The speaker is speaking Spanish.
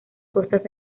costas